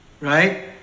right